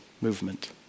movement